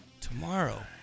tomorrow